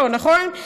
לא, נכון?